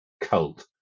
cult